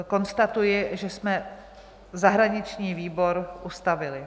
Konstatuji, že jsme zahraniční výbor ustavili.